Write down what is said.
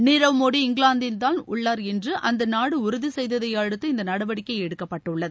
நிரவ் மோடி இங்கிலாந்தில்தான் உள்ளார் என்று அந்த நாடு உறுதி செய்ததை அடுத்து இந்த நடவடிக்கை எடுக்கப்பட்டுள்ளது